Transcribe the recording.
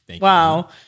wow